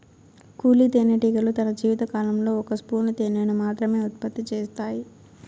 కూలీ తేనెటీగలు తన జీవిత కాలంలో ఒక స్పూను తేనెను మాత్రమె ఉత్పత్తి చేత్తాయి